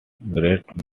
grades